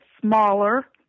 smaller